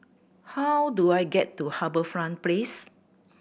how do I get to HarbourFront Place